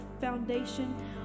foundation